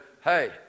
hey